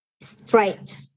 straight